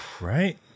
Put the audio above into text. Right